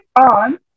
on